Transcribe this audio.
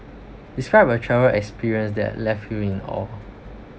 describe my travel experience that left you in awe